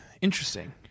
Interesting